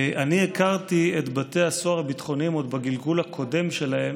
אני הכרתי את בתי הסוהר הביטחוניים עוד בגלגול הקודם שלהם,